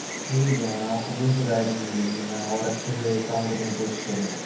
ٹھیک ہے میم آپ کوئی شکایت نہیں مل گی میں اور اچھے سے کام کرنے کی کوشش کروں گا